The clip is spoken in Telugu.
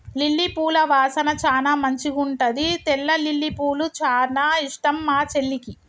లిల్లీ పూల వాసన చానా మంచిగుంటది తెల్ల లిల్లీపూలు చానా ఇష్టం మా చెల్లికి